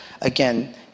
Again